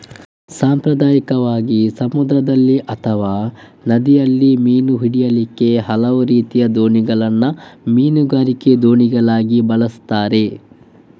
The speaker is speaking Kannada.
ಸಾಂಪ್ರದಾಯಿಕವಾಗಿ ಸಮುದ್ರದಲ್ಲಿ ಅಥವಾ ನದಿಯಲ್ಲಿ ಮೀನು ಹಿಡೀಲಿಕ್ಕೆ ಹಲವು ರೀತಿಯ ದೋಣಿಗಳನ್ನ ಮೀನುಗಾರಿಕೆ ದೋಣಿಗಳಾಗಿ ಬಳಸ್ತಾರೆ